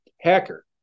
hacker